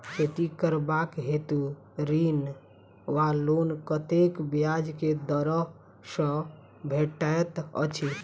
खेती करबाक हेतु ऋण वा लोन कतेक ब्याज केँ दर सँ भेटैत अछि?